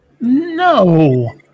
No